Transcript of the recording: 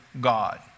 God